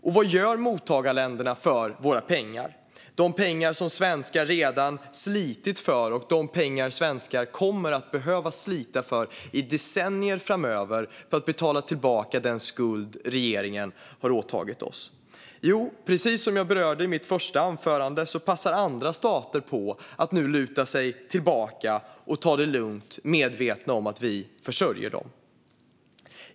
Och vad gör mottagarländerna för våra pengar, de pengar som svenskar redan slitit för och de pengar som vi kommer att fortsätta slita för i decennier framöver för att kunna betala tillbaka den skuld som regeringen har ådragit oss? Precis som jag berörde i mitt första inlägg passar andra stater på att nu luta sig tillbaka och ta det lugnt, medvetna om att vi försörjer dem.